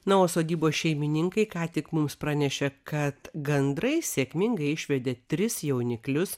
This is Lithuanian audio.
na o sodybos šeimininkai ką tik mums pranešė kad gandrai sėkmingai išvedė tris jauniklius